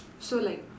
so like